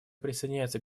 присоединяется